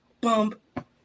bump